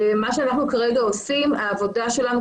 כרגע העבודה שלנו,